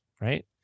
right